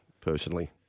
personally